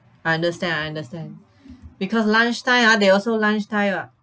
I understand I understand because lunchtime ah they also lunchtime [what]